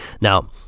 Now